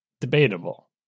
debatable